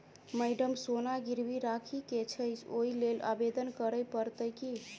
Madam सोना गिरबी राखि केँ छैय ओई लेल आवेदन करै परतै की?